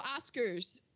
Oscars